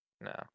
No